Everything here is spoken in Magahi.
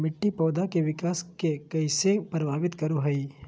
मिट्टी पौधा के विकास के कइसे प्रभावित करो हइ?